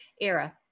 era